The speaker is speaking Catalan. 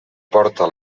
porta